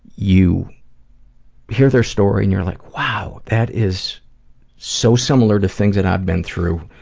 you hear their story and you're like, wow that is so similar to things that i have been through.